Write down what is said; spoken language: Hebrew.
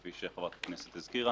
כפי שחברת הכנסת הבהירה.